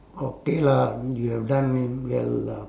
okay lah you have done well lah